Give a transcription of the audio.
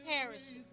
parishes